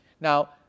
Now